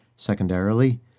Secondarily